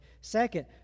Second